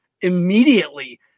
immediately